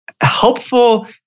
helpful